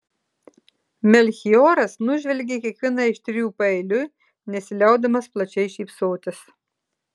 melchioras nužvelgė kiekvieną iš trijų paeiliui nesiliaudamas plačiai šypsotis